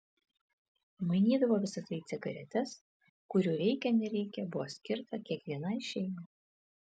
mainydavo visa tai į cigaretes kurių reikia nereikia buvo skirta kiekvienai šeimai